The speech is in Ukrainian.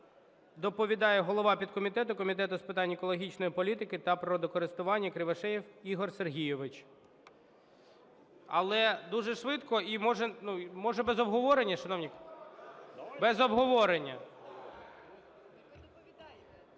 Доповідає голова підкомітету Комітету з питань екологічної політики та природокористування Кривошеєв Ігор Сергійович.